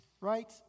right